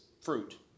fruit